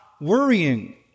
worrying